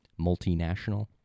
multinational